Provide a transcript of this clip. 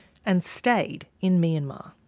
and stayed in myanmar.